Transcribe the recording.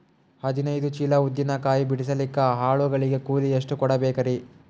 ಹದಿನೈದು ಚೀಲ ಉದ್ದಿನ ಕಾಯಿ ಬಿಡಸಲಿಕ ಆಳು ಗಳಿಗೆ ಕೂಲಿ ಎಷ್ಟು ಕೂಡಬೆಕರೀ?